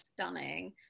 stunning